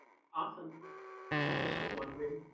awesome. i was just wondering.